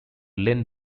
lynn